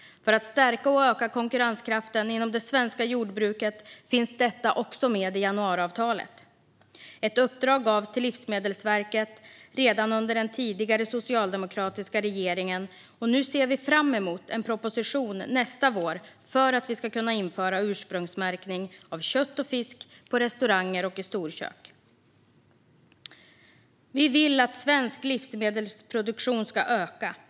För att stärka och öka konkurrenskraften inom det svenska jordbruket finns detta med i januariavtalet. Ett uppdrag gavs till Livsmedelsverket redan under den tidigare socialdemokratiska regeringen, och vi ser fram emot en proposition nästa vår för att vi ska kunna införa ursprungsmärkning av kött och fisk på restauranger och i storkök. Vi vill att svensk livsmedelsproduktion ska öka.